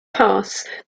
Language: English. pass